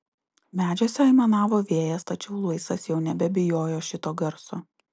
medžiuose aimanavo vėjas tačiau luisas jau nebebijojo šito garso